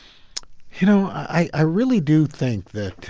you know, i i really do think that